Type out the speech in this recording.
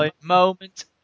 moment